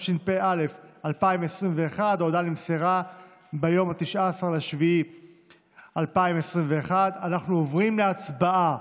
התשפ"א 2021. ההודעה נמסרה ביום 19 ביולי 2021. אנחנו עוברים להצבעה.